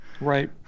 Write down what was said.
Right